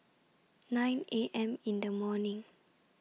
nine A M in The morning